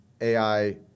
AI